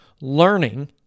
learning